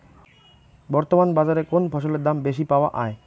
বর্তমান বাজারে কোন ফসলের দাম বেশি পাওয়া য়ায়?